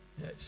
Yes